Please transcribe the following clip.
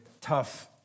tough